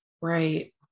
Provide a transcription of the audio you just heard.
Right